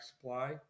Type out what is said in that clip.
supply